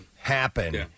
happen